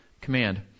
command